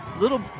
little